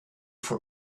for